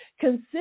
Consider